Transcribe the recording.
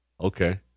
Okay